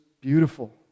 beautiful